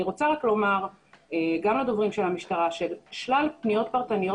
אני רוצה לומר גם לדוברים של המשטרה ששלל פניות פרטניות